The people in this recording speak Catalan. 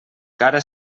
cara